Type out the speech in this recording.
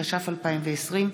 התש"ף 2020,